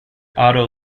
otto